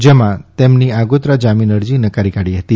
જેમાં તેમની આગોતરા જામીન અરજી નકારી કાઢી હતી